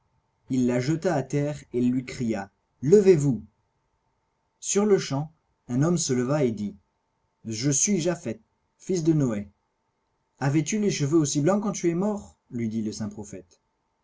il la jeta à terre et lui cria levez-vous sur-le-champ un homme se leva et dit je suis japhet fils de noé avois tu les cheveux aussi blancs quand tu es mort lui dit le saint prophète